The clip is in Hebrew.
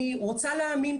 אני רוצה להאמין,